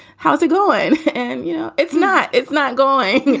how's it going? and, you know, it's not it's not going